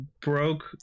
broke